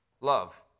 love